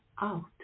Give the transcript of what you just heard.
out